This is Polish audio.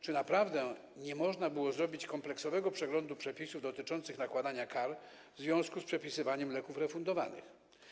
Czy naprawdę nie można było zrobić kompleksowego przeglądu przepisów dotyczących nakładania kar w związku z przepisywaniem leków refundowanych?